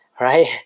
right